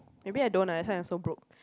maybe I don't lah that's why I'm so broke